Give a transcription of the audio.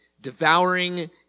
devouring